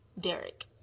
Derek